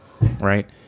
right